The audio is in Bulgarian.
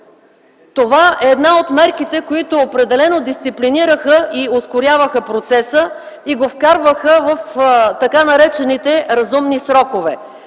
Това е една от мерките, които определено дисциплинираха и ускоряваха процеса и го вкарваха в така наречените разумни срокове.